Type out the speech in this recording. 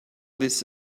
this